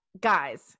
guys